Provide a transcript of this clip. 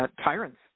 tyrants